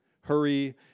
Hurry